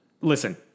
listen